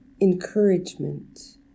encouragement